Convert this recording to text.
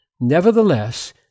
nevertheless